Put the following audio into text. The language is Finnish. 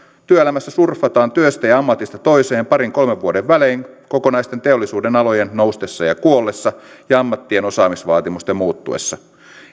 työelämässä surffataan työstä ja ammatista toiseen parin kolmen vuoden välein kokonaisten teollisuudenalojen noustessa ja kuollessa ja ammattien osaamisvaatimusten muuttuessa